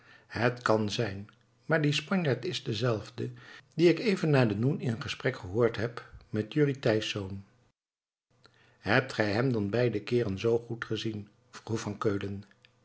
het kan zijn maar die spanjaard is dezelfde dien ik even na den noen in gesprek gehoord heb met jurrie thijsz hebt gij hem dan beide keeren zoo goed gezien vroeg van keulen